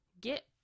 get